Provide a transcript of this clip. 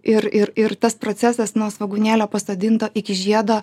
ir ir ir tas procesas nuo svogūnėlio pasodinto iki žiedo